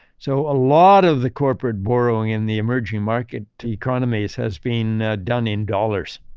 so, a lot of the corporate borrowing in the emerging market economies has been done in dollars.